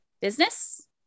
business